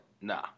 nah